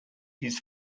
his